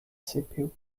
cpu